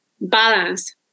balance